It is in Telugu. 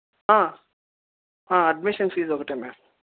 అడ్మిషన్ ఫీజ్ ఒకటే మ్యామ్